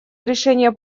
решение